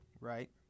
Right